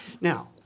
Now